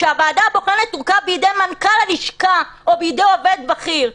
שהוועדה הבוחנת תורכב בידי מנכ"ל הלשכה או בידי עובד בכיר.